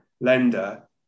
lender